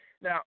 Now